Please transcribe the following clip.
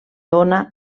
dóna